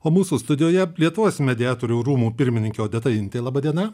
o mūsų studijoje lietuvos mediatorių rūmų pirmininkė odeta intė laba diena